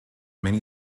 many